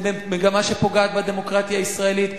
זו מגמה שפוגעת בדמוקרטיה הישראלית,